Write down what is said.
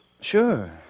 Sure